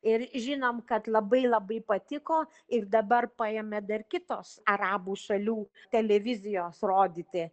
ir žinom kad labai labai patiko ir dabar paėmė dar kitos arabų šalių televizijos rodyti